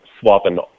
swapping